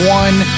one